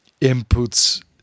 inputs